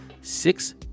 six